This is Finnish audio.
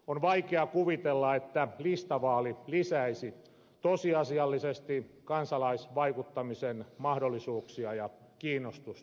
on vaikea kuvitella että listavaali lisäisi tosiasiallisesti kansalaisvaikuttamisen mahdollisuuksia ja kiinnostusta politiikkaan